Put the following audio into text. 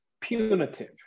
punitive